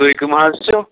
تُہۍ کٕم حظ چھِو